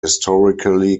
historically